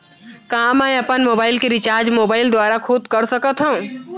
का मैं अपन मोबाइल के रिचार्ज मोबाइल दुवारा खुद कर सकत हव?